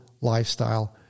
lifestyle